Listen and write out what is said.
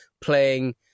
playing